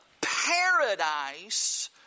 paradise